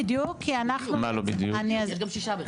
יש גם שישה בחדר.